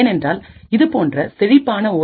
ஏனென்றால் இதுபோன்ற செழிப்பான ஓ